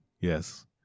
yes